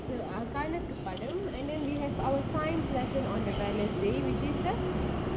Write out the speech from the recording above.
so கணக்கு பாடம்:kanakku paadam and then we have our science lesson on the wednesday which is the